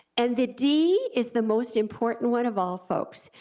and the d is the most important one of all, folks,